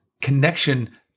connection